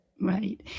Right